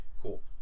cool